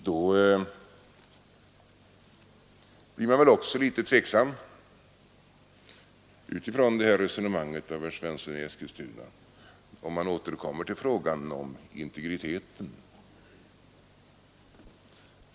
Man blir också litet tveksam inför herr Svenssons i Eskilstuna resonemang i frågan om integriteten.